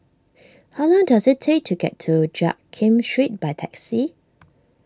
how long does it take to get to Jiak Kim Street by taxi